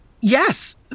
Yes